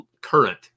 current